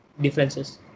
differences